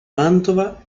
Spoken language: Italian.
mantova